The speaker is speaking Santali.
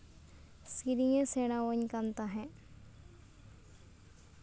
ᱥᱮᱨᱮᱧᱮᱭ ᱥᱮᱬᱟᱣᱟᱹᱧ ᱠᱟᱱ ᱛᱟᱦᱮᱫ